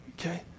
okay